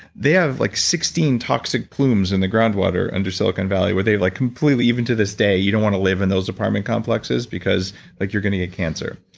they have like sixteen toxic plumes in the groundwater under silicon valley where they like completely even to this day, you don't want to live in those apartment complexes because like you're going to get cancer.